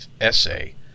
essay